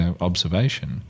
observation